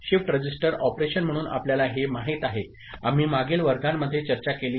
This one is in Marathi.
शिफ्ट रजिस्टर ऑपरेशन म्हणून आपल्याला हे माहित आहे आम्ही मागील वर्गांमध्ये चर्चा केली आहे